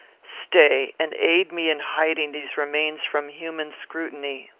stay, and aid me in hiding these remains from human scrutiny.